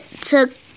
took